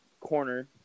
corner